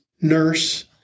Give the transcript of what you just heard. nurse